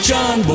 John